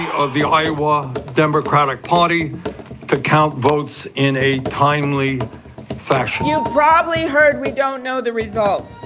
of the iowa democratic party to count votes in a timely fashion. you probably heard we don't know the result